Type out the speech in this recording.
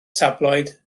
tabloid